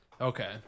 Okay